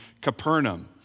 Capernaum